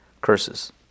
curses